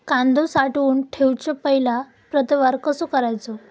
कांदो साठवून ठेवुच्या पहिला प्रतवार कसो करायचा?